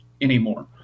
anymore